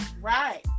right